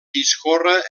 discorre